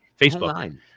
Facebook